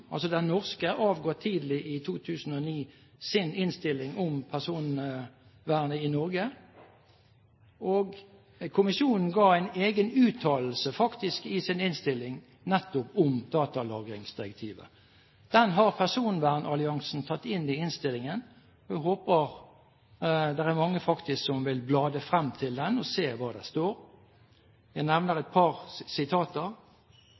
altså den norske, avga tidlig i 2009 sin innstilling om personvernet i Norge. Kommisjonen ga faktisk en egen uttalelse nettopp om datalagringsdirektivet i sin innstilling. Den har personvernalliansen tatt inn i innstillingen. Jeg håper det er mange som vil bla frem til den og se hva det står. Jeg nevner et par sitater: